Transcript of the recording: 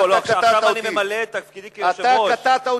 חבר הכנסת אגבאריה,